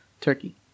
turkey